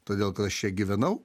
todėl kad aš čia gyvenau